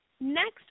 next